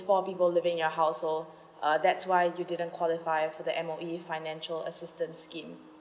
four people living your household uh that's why you didn't qualify for the M_O_E financial assistance scheme